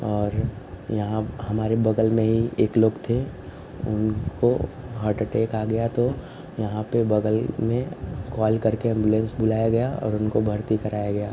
और यहाँ हमारे बगल में ही एक लोग थे उनको हार्ट अटेक आ गया तो यहाँ पर बगल में कॉल करके एम्बुलेंस बुलाया गया और उनको भर्ती कराया गया